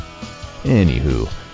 Anywho